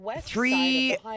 three